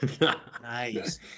Nice